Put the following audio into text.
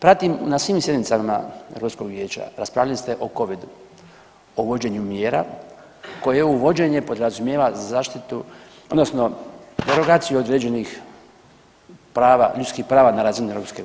Pratim na svim sjednicama Hrvatskog vijeća, raspravljali ste o covidu, o uvođenju mjera koje uvođenje podrazumijeva zaštitu, odnosno derogaciju određenih prava, ljudskih prava na razini EU.